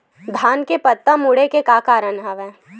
धान के पत्ता मुड़े के का कारण हवय?